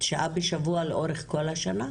שעה בשבוע לאורך כל השנה?